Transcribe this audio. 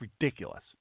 ridiculous